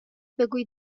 بگویید